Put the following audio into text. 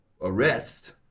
arrest